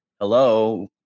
Hello